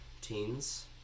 Teens